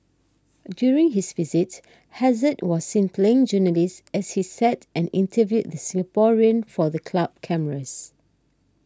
during his visit Hazard was seen playing journalist as he sat and interviewed the Singaporean for the club cameras